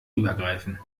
übergreifen